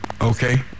Okay